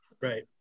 right